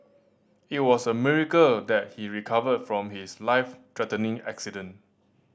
it was a miracle that he recovered from his life threatening accident